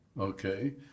Okay